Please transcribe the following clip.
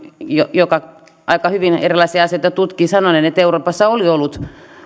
joka aika hyvin erilaisia asioita tutki sanoneen että euroopassa oli ollut